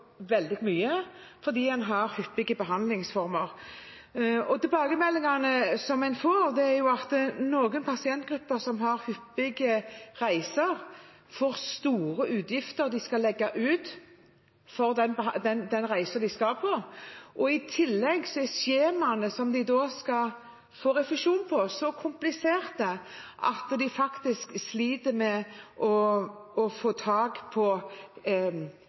veldig mye fordi de har hyppige behandlingsformer. Tilbakemeldingene som en får, er at noen pasientgrupper som har hyppige reiser, får store utgifter de skal legge ut for den reisen de skal på. I tillegg er skjemaene som de skal få refusjon gjennom, så kompliserte at de faktisk sliter med å få pengene de egentlig har krav på.